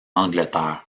angleterre